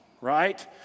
right